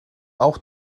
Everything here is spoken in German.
auch